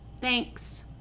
Thanks